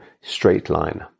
straight-line